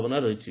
ବନା ରହିଛି